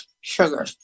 sugar